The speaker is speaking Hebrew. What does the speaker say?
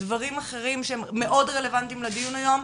דברים אחרים שהם מאוד רלוונטיים לדיון היום.